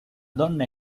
donna